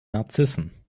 narzissen